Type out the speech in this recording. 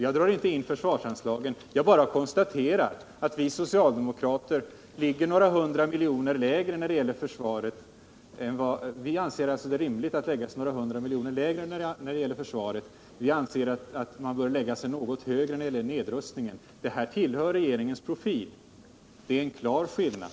Jag leder inte in försvarsanslagen, utan jag bara konstaterar att vi socialdemokrater ligger några hundra miljoner lägre när det gäller försvaret och högre när det gäller nedrustningen. Regeringen visar här sin profil, och det är en klar skillnad.